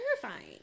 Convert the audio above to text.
terrifying